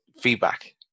feedback